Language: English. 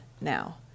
now